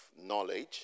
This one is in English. knowledge